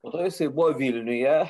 po to jisai buvo vilniuje